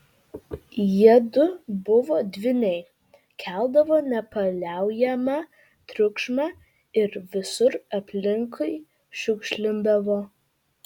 jiedu buvo dvyniai keldavo nepaliaujamą triukšmą ir visur aplinkui šiukšlindavo